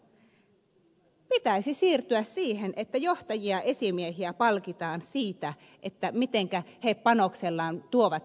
pitäisi siirtyä siihen että johtajia esimiehiä palkitaan siitä mitenkä he panoksellaan tuovat lisää työhyvinvointia